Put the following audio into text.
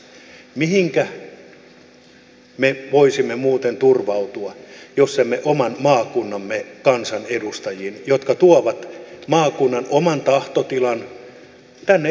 mihinkä me voisimme muuten turvautua jos emme oman maakuntamme kansanedustajiin jotka tuovat maakunnan oman tahtotilan tänne eduskuntaan tiedoksi